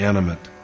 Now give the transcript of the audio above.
Animate